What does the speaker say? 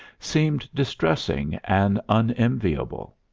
seemed distressing and unenviable.